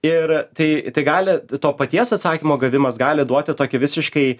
ir tai tai gali to paties atsakymo gavimas gali duoti tokį visiškai